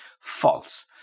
false